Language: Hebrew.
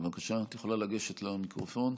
בבקשה, את יכולה לגשת למיקרופון.